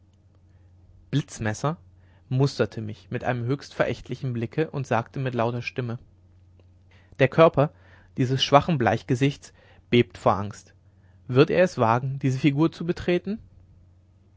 blitzmesser musterte mich mit einem höchst verächtlichen blicke und sagte mit lauter stimme der körper dieses schwachen bleichgesichtes bebt vor angst wird er es wagen diese figur zu betreten